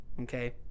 okay